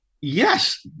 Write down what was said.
Yes